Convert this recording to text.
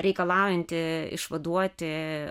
reikalaujanti išvaduoti